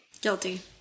Guilty